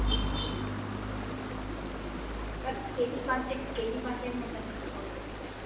তা কেজি পাঁচেক কেজি পাঁচেক মতো নেবো পটল